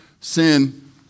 Sin